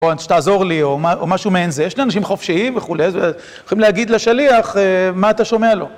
או שתעזור לי, או משהו מעין זה. יש אנשים חופשיים וכולי, ויכולים להגיד לשליח מה אתה שומע לו.